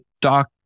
Doc